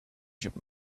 should